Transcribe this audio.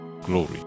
glory